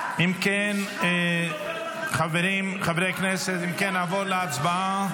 אם כן, חברי הכנסת, נעבור להצבעה.